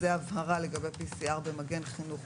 זאת הבהרה לגבי PCR במגן חינוך